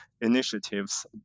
initiatives